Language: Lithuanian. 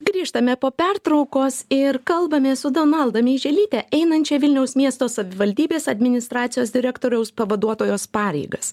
grįžtame po pertraukos ir kalbamės su donalda meiželyte einančia vilniaus miesto savivaldybės administracijos direktoriaus pavaduotojos pareigas